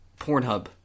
Pornhub